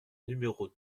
numéro